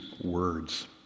words